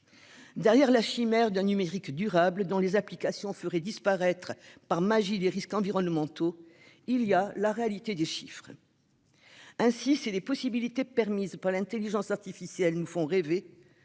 Derrière la chimère d'un numérique durable, dont les applications feraient disparaître par magie les risques environnementaux, il y a la réalité des chiffres. Ainsi, si les possibilités permises par l'intelligence artificielle nous font rêver,